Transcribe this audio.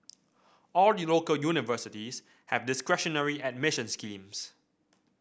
all the local universities have discretionary admission schemes